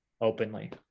openly